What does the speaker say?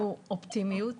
ממש לא להחליף אף אחד,